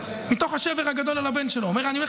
מתוך השבר הגדול על הבן שלו אומר: אני הולך